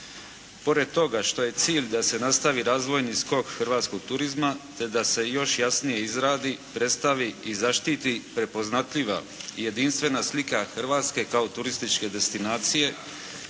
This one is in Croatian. Pored toga što je cilj da se nastavi razvojni skok hrvatskog turizma, te da se još jasnije izradi, predstavi i zaštiti prepoznatljiva i jedinstvena slika Hrvatske kao turističke destinacije